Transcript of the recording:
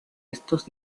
estos